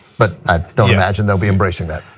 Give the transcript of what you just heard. but i don't imagine i'll be embracing that.